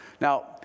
Now